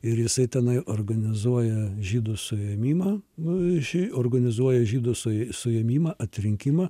ir jisai tenai organizuoja žydų suėmimą šį organizuoja žydų su suėmimą atrinkimą